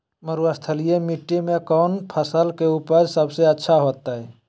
मरुस्थलीय मिट्टी मैं कौन फसल के उपज सबसे अच्छा होतय?